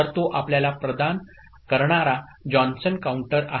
तर तो आपल्याला प्रदान करणारा जॉन्सन काउंटर आहे